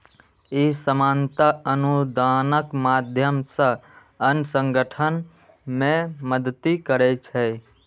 ई सामान्यतः अनुदानक माध्यम सं अन्य संगठन कें मदति करै छै